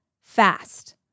fast